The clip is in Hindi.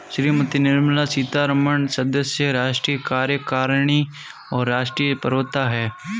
श्रीमती निर्मला सीतारमण सदस्य, राष्ट्रीय कार्यकारिणी और राष्ट्रीय प्रवक्ता हैं